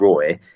Roy